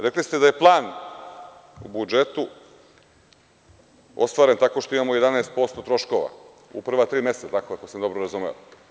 Rekli ste da je plan u budžetu ostvaren tako što imamo 11% troškova, u prva tri meseca, ako sam dobro razumeo?